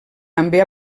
també